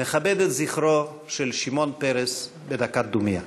נכבד את זכרו של שמעון פרס בדקת דומייה.